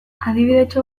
adibidetxo